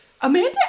Amanda